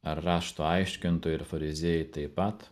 ar rašto aiškintojai ir fariziejai taip pat